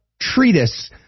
treatise